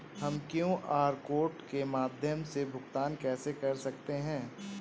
हम QR code के माध्यम से भुगतान कैसे कर सकते हैं?